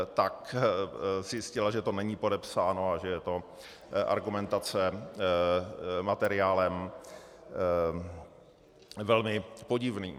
Tak zjistila, že to není podepsáno a že je to argumentace materiálem velmi podivným.